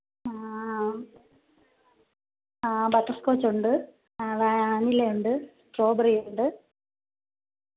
ബട്ടർസ്കോച്ചുണ്ട് വാനിലയുണ്ട് സ്ട്രോബറിയുണ്ട്